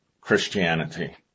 Christianity